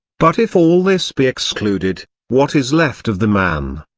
but if all this be excluded, what is left of the man?